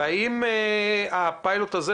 האם הפיילוט הזה,